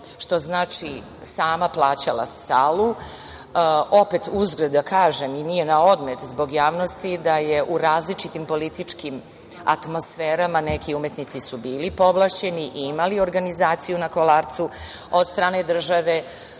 što znači da sam sama plaćala salu. Opet uzgred da kažem i nije na odmet zbog javnosti da u različitim političkim atmosferama neki umetnici su bili povlašćeni i imali organizaciju na Kolarcu od strane države.